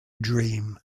dream